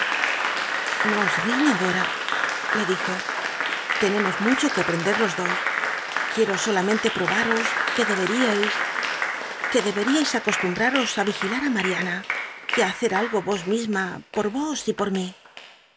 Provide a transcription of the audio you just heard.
os riño dora le dije tenemos mucho que aprender los dos quiero solamente probaros que deberíais que deberíais acostumbraros á vigilar á mariana y á hacer algo vos misma por vos y por mi